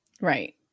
Right